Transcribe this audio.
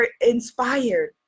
inspired